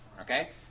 Okay